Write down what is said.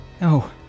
No